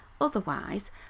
Otherwise